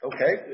Okay